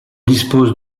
dispose